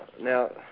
Now